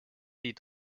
die